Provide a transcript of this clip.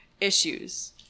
issues